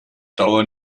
dauer